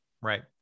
Right